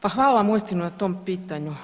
Pa hvala vam uistinu na tom pitanju.